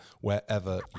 wherever